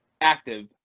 active